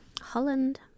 Holland